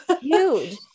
huge